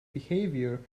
behavior